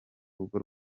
rugo